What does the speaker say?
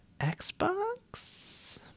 xbox